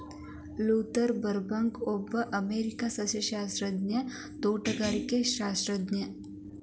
Luther ಬರ್ಬ್ಯಾಂಕ್ಒಬ್ಬ ಅಮೇರಿಕನ್ಸಸ್ಯಶಾಸ್ತ್ರಜ್ಞ, ತೋಟಗಾರಿಕಾಶಾಸ್ತ್ರಜ್ಞ